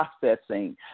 processing